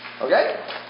Okay